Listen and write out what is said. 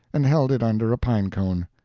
and held it under a pine cone.